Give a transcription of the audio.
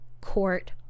court